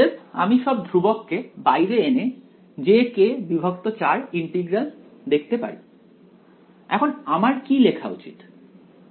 অতএব আমি সব ধ্রুবককে বাইরে এনে jk4 ইন্টিগ্রাল দেখতে পারি এখন আমার কি লেখা উচিত